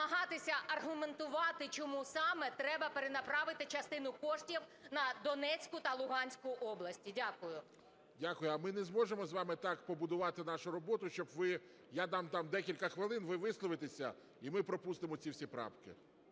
намагатися аргументувати, чому саме треба перенаправити частину коштів на Донецьку та Луганську області. Дякую. ГОЛОВУЮЧИЙ. Дякую. А ми не зможемо з вами так побудувати нашу роботу, щоб ви… я дам вам декілька хвилин, ви висловитеся, і ми пропустимо ці всі правки?